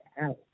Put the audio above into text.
out